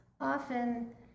often